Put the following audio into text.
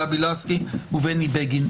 גבי לסקי ובני בגין.